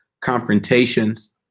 confrontations